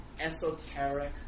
esoteric